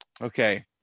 Okay